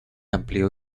amplió